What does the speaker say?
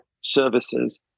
services